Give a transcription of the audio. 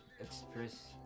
express